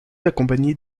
accompagnés